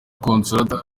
consolata